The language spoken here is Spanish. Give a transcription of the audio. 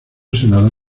senador